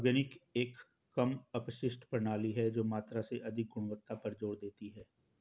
organic एक कम अपशिष्ट प्रणाली है जो मात्रा से अधिक गुणवत्ता पर जोर देती है